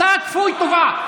אתה כפוי טובה.